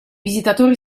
visitatori